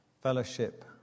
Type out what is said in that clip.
Fellowship